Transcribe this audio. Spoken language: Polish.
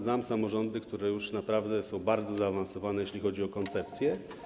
Znam samorządy, które już naprawdę są bardzo zaawansowane, jeśli chodzi o koncepcje.